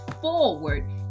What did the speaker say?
forward